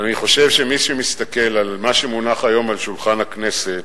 ואני חושב שמי שמסתכל על מה שמונח היום על שולחן הכנסת,